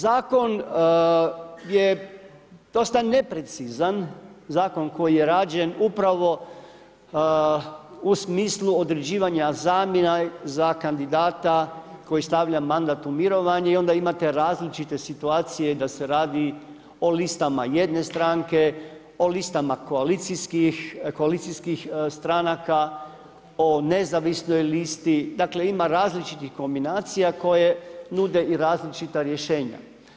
Zakon je dosta neprecizan, zakon koji je rađen upravo u smislu određivanja zamjena za kandidata koji stavlja mandat u mirovanje i onda imate različite situacije da se radi o listama jedne stranke, o listama koalicijskih stranaka, o nezavisnoj listi, dakle ima različitih kombinacija koje nude i različita rješenja.